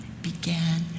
began